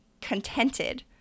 contented